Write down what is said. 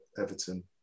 Everton